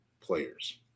players